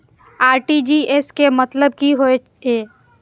RTGS के मतलब की होय ये?